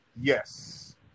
yes